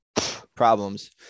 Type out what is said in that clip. problems